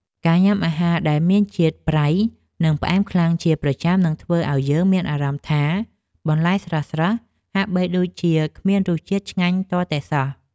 ការញ៉ាំអាហារដែលមានជាតិប្រៃ និងផ្អែមខ្លាំងជាប្រចាំនឹងធ្វើឲ្យយើងមានអារម្មណ៍ថាបន្លែស្រស់ៗហាក់បីដូចជាគ្មានរសជាតិឆ្ងាញ់ទាល់តែសោះ។